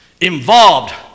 involved